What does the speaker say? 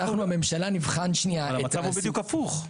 אנחנו הממשלה נבחן שנייה --- אבל המצב הוא בדיוק הפוך.